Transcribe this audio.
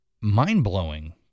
mind-blowing